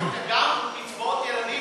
גם קצבאות ילדים,